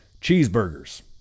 cheeseburgers